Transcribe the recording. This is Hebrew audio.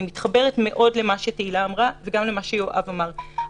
אני מתחברת מאוד למה שתהילה אמרה וגם למה שיואב אמר,